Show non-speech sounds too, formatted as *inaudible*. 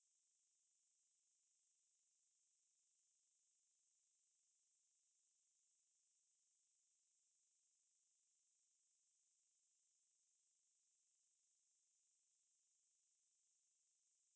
ya lor *laughs* but boon lay is err 你放两天就被偷 then replenish then 继续放继续放 that's the the vicious approach lah I won't agree 一直被偷 then they know it lah they know it's going to happen